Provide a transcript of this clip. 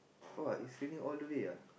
uh it's raining all the way ah